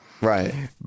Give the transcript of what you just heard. Right